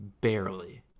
Barely